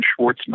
Schwartzman